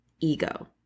ego